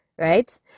right